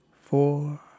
four